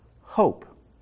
hope